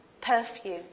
Perfume